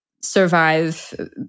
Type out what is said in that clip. survive